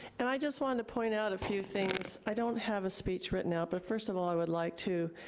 and i just wanted to point out a few things. i don't have a speech written out, but first of all, i would like to,